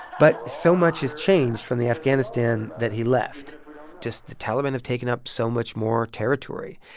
but so much has changed from the afghanistan that he left just, the taliban have taken up so much more territory.